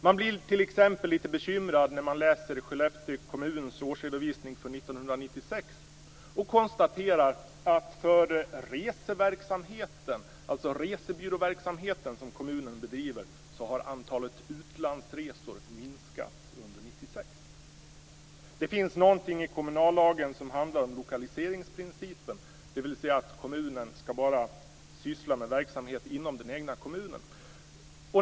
Man blir t.ex. litet bekymrad när man läser Skellefteå kommuns årsredovisning från 1996 och konstaterar att för den resebyråverksamhet som kommunen bedriver har antalet utlandsresor minskat under 1996. Det finns någonting i kommunallagen som handlar om lokaliseringsprincipen, dvs. att kommunen bara skall syssla med verksamhet inom den egna kommunen.